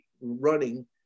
running